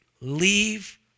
leave